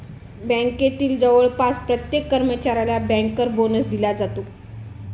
बँकेतील जवळपास प्रत्येक कर्मचाऱ्याला बँकर बोनस दिला जातो